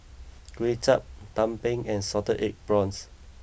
Kuay Chap Tumpeng and Salted Egg Prawns